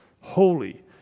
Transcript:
holy